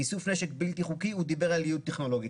איסוף נשק בלתי חוקי, הוא דיבר על ייעוד טכנולוגי.